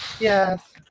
yes